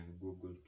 Google